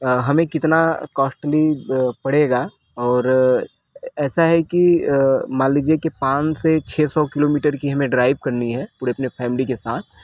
हमें कितना कॉस्टली पड़ेगा और अ ऐसा है कि अ मान लीजिए कि पांच से छ सौ किलोमीटर की हमें ड्राइव करनी है पूरे अपने फैमिली के साथ